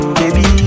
baby